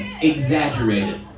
exaggerated